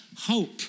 hope